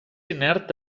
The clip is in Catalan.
inert